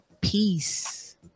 Peace